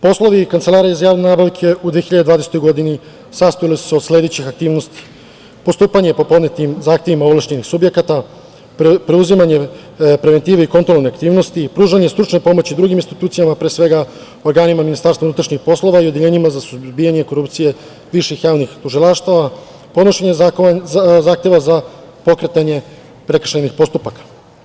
Poslovi Kancelarije za javne nabavke, u 2020. godini, sastojale su se od sledećih aktivnosti, i postupanje po podnetim zahtevima ovlašćenih subjekata, preuzimanje preventive i kontrolne aktivnosti i pružanje druge pomoći i drugim institucijama, pre svega organima MUP, i odeljenjima za suzbijanje korupcije viših javnih tužilaštava, podnošenja zahteva za pokretanje prekršajnih postupaka.